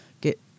get